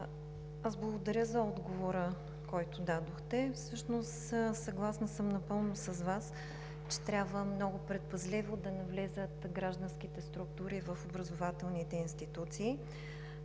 аз благодаря за отговора, който дадохте. Всъщност съм съгласна напълно с Вас, че трябва много предпазливо да навлязат гражданските структури в образователните институции